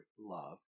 Love